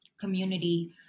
community